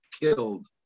killed